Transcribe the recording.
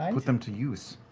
um put them to use.